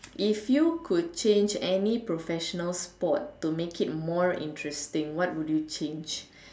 if you could change any professional sport to make it more interesting what would you change